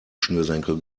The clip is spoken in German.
schnürsenkel